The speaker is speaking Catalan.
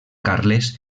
carles